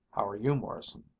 how're you, morrison?